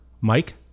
mike